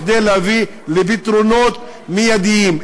כדי להביא לפתרונות מיידיים.